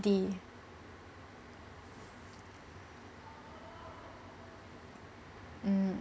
the mm